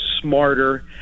smarter